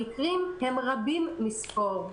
המקרים הם רבים מספור.